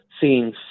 seeing